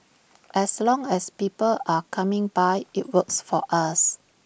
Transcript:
as long as people are coming by IT works for us